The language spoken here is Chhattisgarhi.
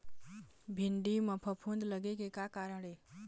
भिंडी म फफूंद लगे के का कारण ये?